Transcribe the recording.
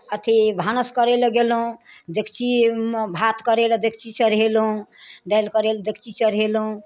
अथी भानस करैलए गेलहुँ डेकचीमे भात करैलए डेकची चढ़ेलहुँ दालि करैलए डेकची चढ़ेलहुँ